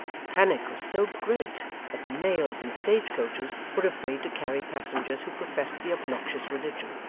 the panic was so great that the mails and stage-coaches were afraid to carry passengers who professed the obnoxious religion.